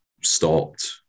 stopped